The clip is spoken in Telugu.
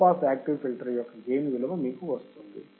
లో పాస్ యాక్టివ్ ఫిల్టర్ యొక్క గెయిన్ విలువ మీకు వస్తుంది